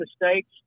mistakes